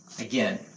Again